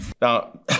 Now